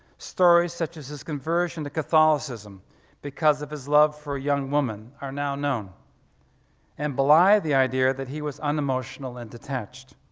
stories such as his conversion to catholocism because of his love for a young woman are now known and belie the idea that he was unemotional and detached.